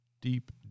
deep